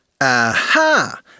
Aha